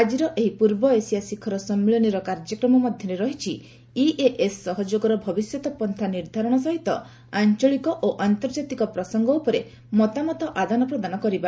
ଆଜିର ଏହି ପୂର୍ବ ଏସିଆ ଶିଖର ସମ୍ମିଳନୀର କାର୍ଯ୍ୟକ୍ରମ ମଧ୍ୟରେ ରହିଛି ଇଏଏସ୍ ସହଯୋଗର ଭବିଷ୍ୟତ ପନ୍ଥା ନିର୍ଦ୍ଧାରଣ ସହିତ ଆଞ୍ଚଳିକ ଓ ଆନ୍ତର୍ଜାତିକ ପ୍ରସଙ୍ଗ ଉପରେ ମତାମତ ଆଦାନ ପ୍ରଦାନ କରିବା